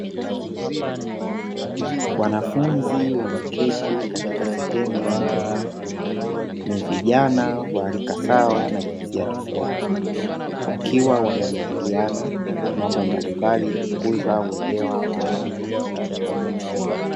Wanafunzi wameketi katika sehemu ya nje, ni vijana wa rika sawa na jinsia tofauti wakiwa wanajadiliana mambo mbalimbali kukuza uelewa wao.